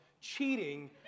cheating